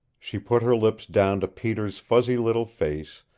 she put her lips down to peter's fuzzy little face,